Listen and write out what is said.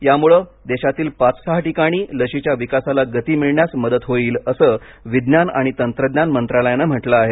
यामुळे देशातील पाच सहा ठिकाणी लशीच्या विकासाला गती मिळण्यास मदत होईल असे विज्ञान आणि तंत्रज्ञान मंत्रालयाने म्हटलं आहे